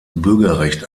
bürgerrecht